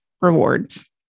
rewards